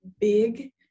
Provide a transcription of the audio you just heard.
big